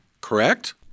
correct